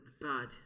bad